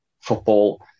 football